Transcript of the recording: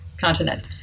continent